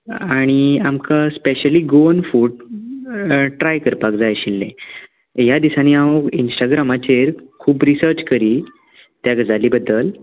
आनी आमकां specially Goan food try करपाक जाय आशिल्लें ह्या दिसांनी हांव इन्स्टाग्रेमाचेर खूब रिसर्च करी त्या गजाली बद्दल